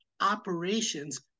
operations